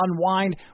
unwind